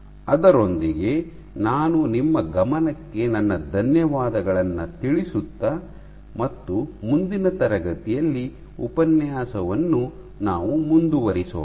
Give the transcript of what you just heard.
ಅದರೊಂದಿಗೆ ನಾನು ನಿಮ್ಮ ಗಮನಕ್ಕೆ ನನ್ನ ಧನ್ಯವಾದಗಳನ್ನು ತಿಳಿಸುತ್ತಾ ಮತ್ತು ಮುಂದಿನ ತರಗತಿಯಲ್ಲಿ ಉಪನ್ಯಾಸವನ್ನು ನಾವು ಮುಂದುವರಿಸೋಣ